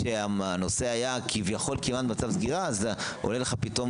כשהנושא היה כביכול כמעט במצב סגירה אז עולה לך פתאום,